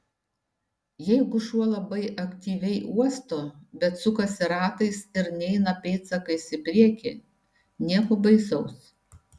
jeigu šuo labai aktyviai uosto bet sukasi ratais ir neina pėdsakais į priekį nieko baisaus